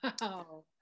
Wow